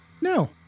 no